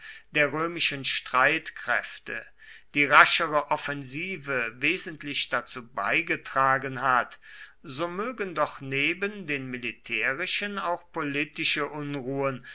der römischen streitkräfte die raschere offensive wesentlich dazu beigetragen hat so mögen doch neben den militärischen auch politische unruhen